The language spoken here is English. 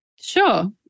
Sure